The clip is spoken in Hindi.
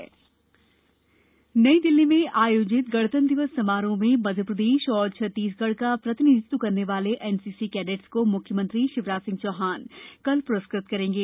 एनसीसी प्रस्कार नई दिल्ली में आयोजित गणतंत्र दिवस समारोह में मध्यप्रदेश और छत्तीसगढ़ का प्रतिनिधित्व करने वाले एनसीसी कैडेट्स को म्ख्यमंत्री शिवराज सिंह चौहान कल प्रस्कृत करेंगे